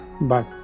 Bye